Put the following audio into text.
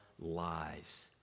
lies